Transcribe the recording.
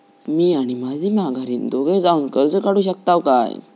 म्या आणि माझी माघारीन दोघे जावून कर्ज काढू शकताव काय?